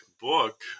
book